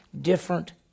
different